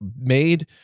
made